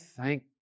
thank